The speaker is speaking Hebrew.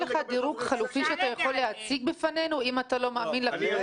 יש לך דירוג חלופי שאתה יכול להציג בפנינו אם אתה לא מאמין לזה?